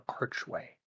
archway